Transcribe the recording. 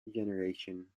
generation